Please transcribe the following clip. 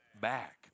back